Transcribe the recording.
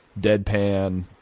deadpan